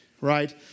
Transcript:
right